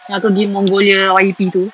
aku pergi mongolia royalty tu